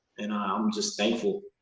and i'm just thankful.